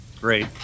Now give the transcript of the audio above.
Great